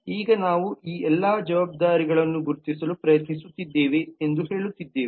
ಈಗ ನಾವು ಈ ಎಲ್ಲ ಜವಾಬ್ದಾರಿಗಳನ್ನು ಗುರುತಿಸಲು ಪ್ರಯತ್ನಿಸುತ್ತಿದ್ದೇವೆ ಎಂದು ಹೇಳುತ್ತಿದ್ದೇವೆ